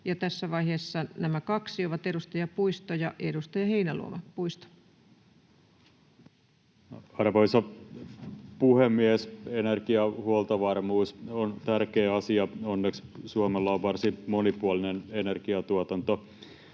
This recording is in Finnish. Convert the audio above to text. Tässä vaiheessa nämä kaksi ovat edustajat Puisto ja Heinäluoma. — Puisto. Arvoisa puhemies! Energiahuoltovarmuus on tärkeä asia. Onneksi Suomella on varsin monipuolinen energiatuotanto.